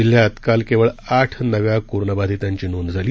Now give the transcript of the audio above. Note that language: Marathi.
जिल्ह्यात काल केवळ आठ नव्या करोनाबाधितांची नोंद झाली